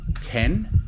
ten